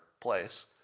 place